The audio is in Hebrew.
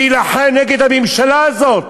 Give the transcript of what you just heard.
להילחם נגד הממשלה הזאת.